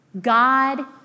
God